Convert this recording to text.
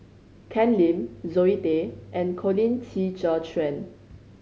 Ken Lim Zoe Tay and Colin Qi Zhe Quan